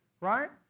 right